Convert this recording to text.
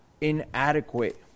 inadequate